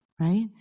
right